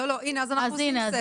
לא, אז הנה אנחנו עושים סדר.